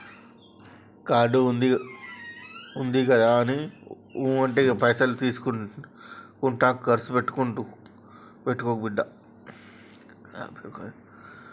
card ఉందిగదాని ఊ అంటే పైసలు తీసుకుంట కర్సు పెట్టుకోకు బిడ్డా